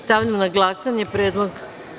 Stavljam na glasanje ovaj predlog.